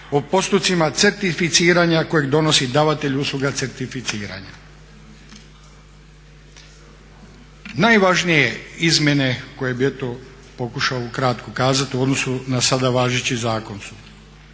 o postupcima certificiranja kojeg donosi davatelj usluga certificiranja. Najvažnije izmjene koje bi pokušao ukratko ukazati u odnosu na sada važeći zakon